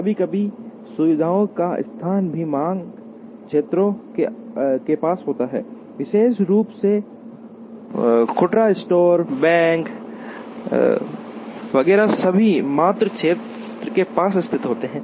कभी कभी सुविधाओं का स्थान भी मांग क्षेत्रों के पास होता है विशेष रूप से खुदरा स्टोर बैंक वगैरह सभी मांग क्षेत्र के पास स्थित होते हैं